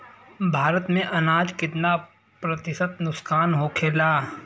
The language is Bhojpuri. भारत में अनाज कितना प्रतिशत नुकसान होखेला?